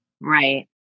Right